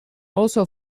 also